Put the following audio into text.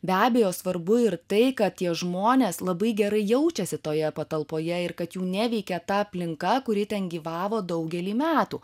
be abejo svarbu ir tai kad tie žmonės labai gerai jaučiasi toje patalpoje ir kad jų neveikia ta aplinka kuri ten gyvavo daugelį metų